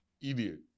idiot